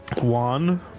one